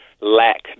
lack